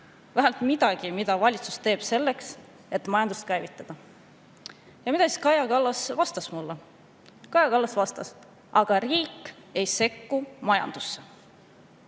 vähemalt midagi! –, mida valitsus teeb selleks, et majandust käivitada. Ja mida siis Kaja Kallas vastas mulle? Kaja Kallas vastas: aga riik ei sekku majandusse.